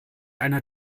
eine